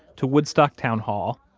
to woodstock town hall.